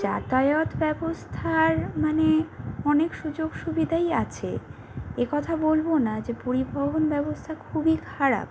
যাতায়ত ব্যবস্থার মানে অনেক সুযোগ সুবিধাই আছে একথা বলব না যে পরিবহন ব্যবস্থা খুবই খারাপ